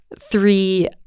three